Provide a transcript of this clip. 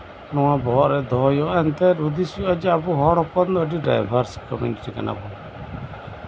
ᱱᱚᱣᱟ ᱵᱚᱦᱚᱜ ᱨᱮ ᱫᱚᱦᱚ ᱦᱩᱭᱩᱜᱼᱟ ᱱᱤᱝᱠᱟᱹ ᱦᱩᱫᱤᱥ ᱦᱩᱭᱩᱜᱼᱟ ᱟᱵᱚ ᱦᱚᱲ ᱫᱚ ᱟᱹᱰᱤ ᱰᱟᱭᱵᱷᱟᱨᱥ ᱠᱚᱢᱤᱱᱤᱴᱤ ᱠᱟᱱᱟ ᱠᱚ